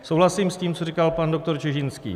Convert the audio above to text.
Souhlasím s tím, co říkal pan doktor Čižinský.